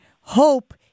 hope